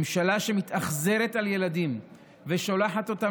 ממשלה שמתאכזרת לילדים ושולחת אותם